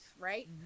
right